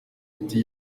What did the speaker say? ati